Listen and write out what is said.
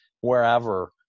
wherever